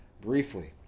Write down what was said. briefly